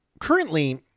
Currently